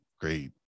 great